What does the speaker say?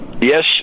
Yes